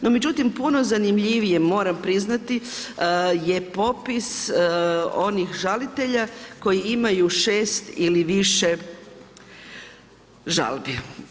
No međutim puno zanimljiviji moram priznati je popis onih žalitelja koji imaju 6 ili više žalbi.